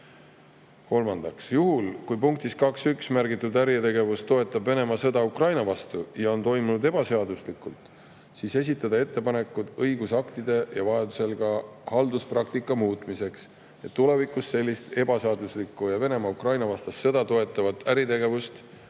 kolmandaks, juhul kui punktis 2.1 märgitud äritegevus toetab Venemaa sõda Ukraina vastu ja on toimunud ebaseaduslikult, esitada ettepanekud õigusaktide ja vajadusel ka halduspraktika muutmiseks, et tulevikus sellist ebaseaduslikku ja Venemaa Ukraina‑vastast sõda toetavat äritegevust